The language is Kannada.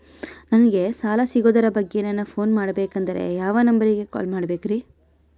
ನಂಗೆ ಸಾಲ ಸಿಗೋದರ ಬಗ್ಗೆ ನನ್ನ ಪೋನ್ ಮಾಡಬೇಕಂದರೆ ಯಾವ ನಂಬರಿಗೆ ಕಾಲ್ ಮಾಡಬೇಕ್ರಿ?